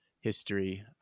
history